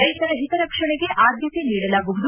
ರೈತರ ಹಿತರಕ್ಷಣಗ ಆದ್ಯತೆ ನೀಡಲಾಗುವುದು